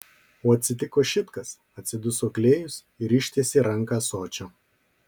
o atsitiko šit kas atsiduso klėjus ir ištiesė ranką ąsočio